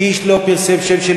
איש לא פרסם שם של